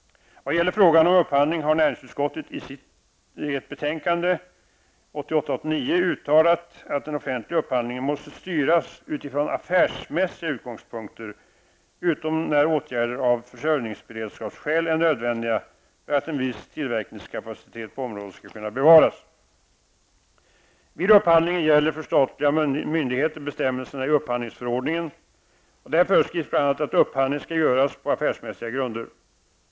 uttalat att den offentliga upphandlingen måste styras utifrån affärsmässiga utgångspunkter, utom när åtgärder av försörjningsberedskapsskäl är nödvändiga för att en viss tillverkningskapacitet på området skall kunna bevaras. . Där föreskivs bl.a. att upphandling skall göras på affärsmässiga grunder.